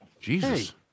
Jesus